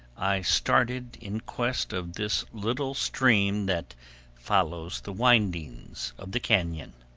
i started in quest of this little stream that follows the windings of the canon.